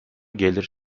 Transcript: gelir